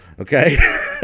Okay